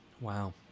Wow